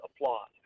applause